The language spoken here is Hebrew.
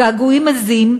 הגעגועים עזים,